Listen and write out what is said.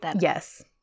Yes